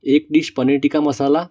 એક ડિશ પનીર ટિક્કા મસાલા